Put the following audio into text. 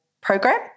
program